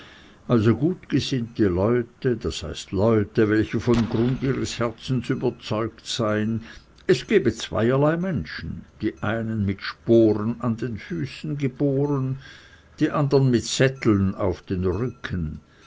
also gutgesinnte leute das heißt leute welche von grund ihres herzens überzeugt seien es gebe zweierlei menschen die einen mit sporen an den füßen geboren die andern mit sätteln und rücken